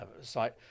site